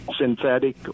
synthetic